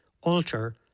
alter